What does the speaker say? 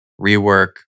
rework